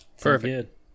Perfect